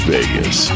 Vegas